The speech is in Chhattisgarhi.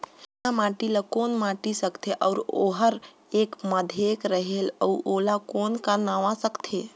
काला माटी ला कौन माटी सकथे अउ ओहार के माधेक रेहेल अउ ओला कौन का नाव सकथे?